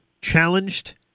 challenged